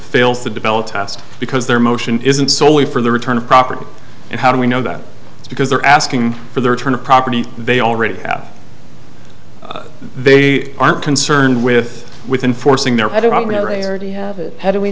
fails to develop tast because their motion isn't soley for the return of property and how do we know that because they're asking for the return of property they already have they aren't concerned with with enforcing their h